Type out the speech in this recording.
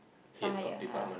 sound higher ah yeah